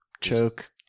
choke